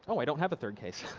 oh, i don't have a third case.